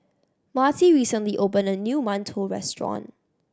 Marty recently opened a new mantou restaurant